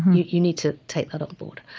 you you need to take that on board.